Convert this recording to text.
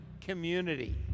community